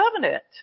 covenant